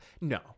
no